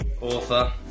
author